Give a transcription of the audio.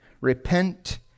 Repent